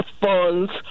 funds